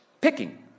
Picking